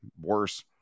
worse